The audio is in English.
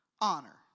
honor